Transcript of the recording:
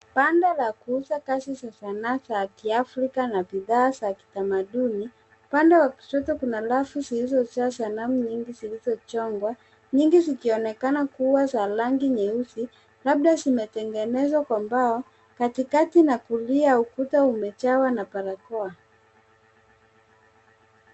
Banda la kuuza kazi za sanaa za kiAfrika na bidhaa za kitamaduni. Upande wa kushoto kuna rafu zilizojaa sanamu nyingi zilizo chongwa zikionekana kuwa za rangi nyeusi, labda zimetengenezwa kwa mbao. Katikati na kulia ukuta umejawa na barakoa.